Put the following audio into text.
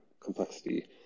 complexity